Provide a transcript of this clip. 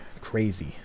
crazy